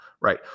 right